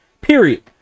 period